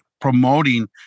promoting